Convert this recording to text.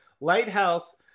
Lighthouse